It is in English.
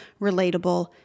relatable